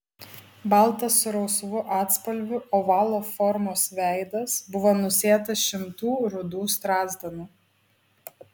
baltas su rausvu atspalviu ovalo formos veidas buvo nusėtas šimtų rudų strazdanų